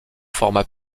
forma